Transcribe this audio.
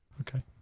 Okay